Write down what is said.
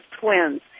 twins